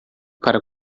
para